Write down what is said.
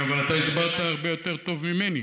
אתה הסברת הרבה יותר טוב ממני.